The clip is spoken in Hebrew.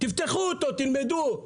תפתחו אותו, תלמדו.